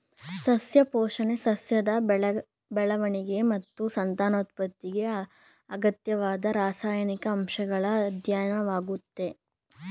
ಸಸ್ಯ ಪೋಷಣೆ ಸಸ್ಯದ ಬೆಳವಣಿಗೆ ಮತ್ತು ಸಂತಾನೋತ್ಪತ್ತಿಗೆ ಅಗತ್ಯವಾದ ರಾಸಾಯನಿಕ ಅಂಶಗಳ ಅಧ್ಯಯನವಾಗಯ್ತೆ